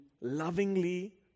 lovingly